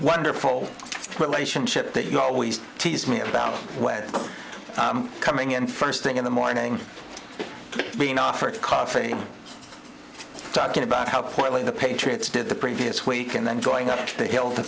wonderful relationship that you always tease me about where coming in first thing in the morning being offered coffee talking about how poorly the patriots did the previous week and then going up the hill t